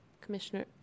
Commissioner